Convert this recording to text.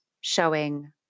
showing